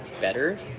better